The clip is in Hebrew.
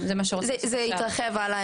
זה יתרחב הלאה,